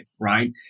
right